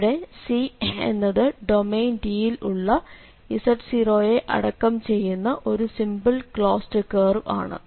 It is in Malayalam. ഇവിടെ C എന്നത് ഡൊമെയ്ൻ D യിൽ ഉള്ള z0 നെ അടക്കം ചെയ്യുന്ന ഒരു സിംപിൾ ക്ലോസ്ഡ് കേർവ് ആണ്